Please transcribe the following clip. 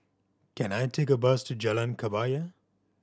can I take a bus to Jalan Kebaya